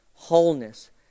wholeness